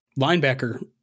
linebacker